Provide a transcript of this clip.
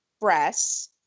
breasts